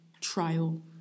trial